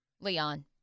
Leon